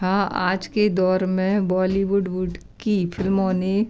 हाँ आज के दौर में बॉलीवुड वुड की फिल्मों ने